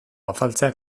afaltzea